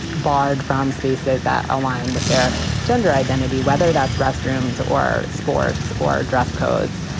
barred from spaces that align with their gender identity, whether that's restrooms or sports or dress codes.